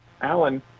Alan